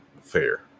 fair